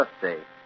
birthday